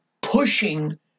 pushing